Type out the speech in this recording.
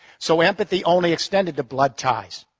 so empathy only extended to blood ties.